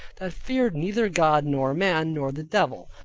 that feared neither god, nor man, nor the devil,